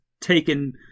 taken